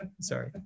Sorry